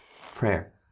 prayer